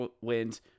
wins